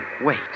Wait